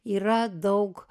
yra daug